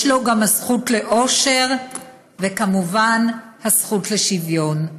יש לו גם הזכות לאושר וכמובן הזכות לשוויון.